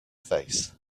face